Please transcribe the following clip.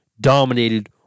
dominated